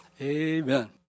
amen